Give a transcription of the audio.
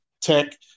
tech